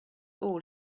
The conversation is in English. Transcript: all